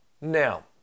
Now